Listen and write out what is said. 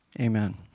Amen